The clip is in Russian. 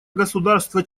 государства